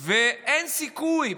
ואין סיכוי,